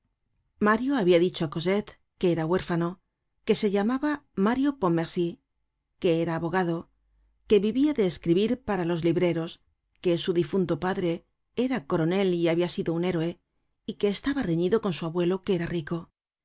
mario habia dicho á cosette que era huérfano que se llamaba mario pontmercy que era abogado que vivia de escribir para los libreros que su difunto padre era coronel y habia sido un héroe y que estaba reñido con su abuelo que era rico le